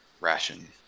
ration